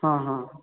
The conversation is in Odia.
ହଁ ହଁ